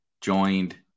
joined